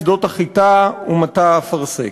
שדות החיטה ומטע האפרסק.